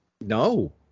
No